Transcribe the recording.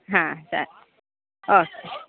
ಹಾಂ ಸರಿ ಓಕೆ